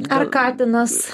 ar katinas